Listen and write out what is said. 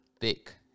thick